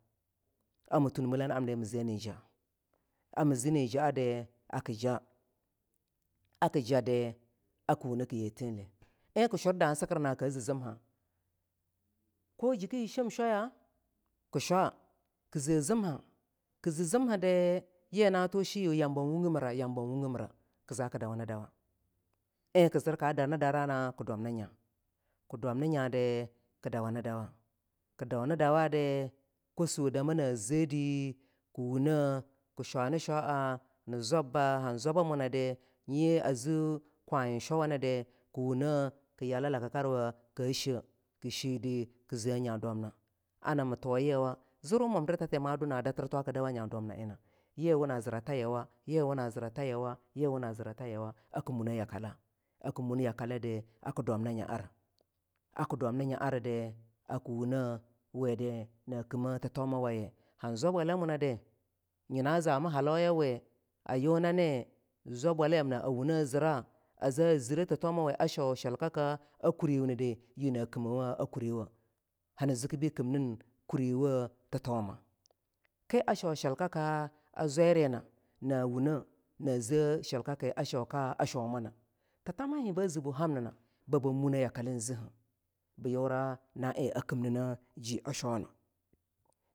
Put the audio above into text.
Ami thun mile na amnidi mize ni jaah ami zi nil jaadi akii jaah aki jaddi aki wune ki ye thehleh eing kii shur dasikir na ko zii zimha ko jiki shem shwaya kii shwa kize zimha kii zii zimhidi yii nang thu shenhe bii yambo wungimira. Yambo wungimira kii za kii dawa nidawa eing ii zir ka darni darana, kii dwamna nya kii dwamni nyadi ie dawa ni duwa kii daunidawadi lawossu damana zedi kii wunne kii shwani-shwa'a ni zwabba han zwabba muna di yii a a zii kwayin shwakana kii wunne kiyala lakakarwa kaa heh, kii shehdi kii ze ngadwamifi ana matuwayiwa zirwu mwamdita ti ma duhna datir twa kii dawa nya dwamna eingna yeing wa na zira tayiwa yeingwa na ziratayiwa yeingwa na zira tayiwa arki munne akale arki munyakaleda aki dwamna nya ara a kidwamni nya ari da akii wungne wedi na kimmeh thitomawaye han zwabwalmunadi, nyina zami halauyawe a unane zwabwal yamna a wungne zira a za zire thitomawe a shau shilkaka kuri wunidi yii na kimmeweah a kuriwoh, hani zikki beah kimnin kuri woh thitomah ii a show shilka ka a zwayiryina na wunne a ze shukaki a shau ka shwoma nah thitamhahe baa zibuhamnina ba bab munne yakale eing zeahe bii yura na eing a kimni ne jei a sheaw na.